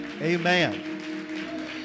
Amen